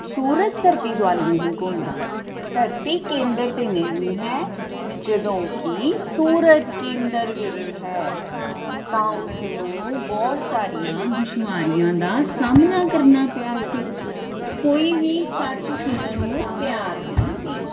ਸੂਰਜ ਧਰਤੀ ਦੁਆਲੇ ਨਹੀਂ ਘੁੰਮਦਾ ਧਰਤੀ ਕੇਂਦਰ 'ਤੇ ਨਹੀਂ ਹੈ ਜਦੋਂ ਕਿ ਸੂਰਜ ਕੇਂਦਰ ਵਿੱਚ ਹੈ ਤਾਂ ਉਸਨੂੰ ਬਹੁਤ ਸਾਰੀਆਂ ਦੁਸ਼ਵਾਰੀਆਂ ਦਾ ਸਾਹਮਣਾ ਕਰਨਾ ਪਿਆ ਸੀ ਕੋਈ ਵੀ ਸੱਚ ਸੁਣਨ ਨੂੰ ਤਿਆਰ ਨਹੀਂ ਸੀ